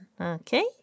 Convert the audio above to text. Okay